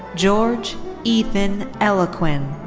georges ethan eloquin.